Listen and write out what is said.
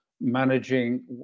managing